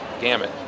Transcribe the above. gamut